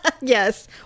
yes